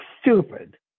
stupid